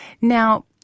Now